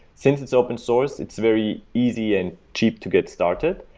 since it's open-source, it's very easy and cheap to get started.